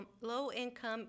low-income